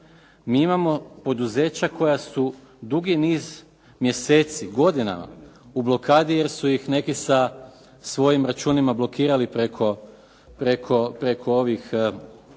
Mi imamo poduzeća koja su dugi niz mjeseci, godinama u blokadi jer su ih neki sa svojim računima blokirali preko ovih